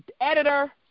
editor